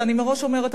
ואני מראש אומרת,